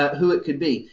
who it could be.